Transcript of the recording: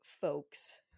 folks